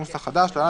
התש"ל 1970 (להלן,